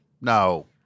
No